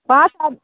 पाँच आदमी